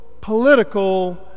political